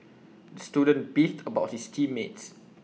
student beefed about his team mates